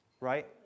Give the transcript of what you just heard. Right